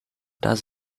does